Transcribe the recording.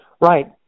Right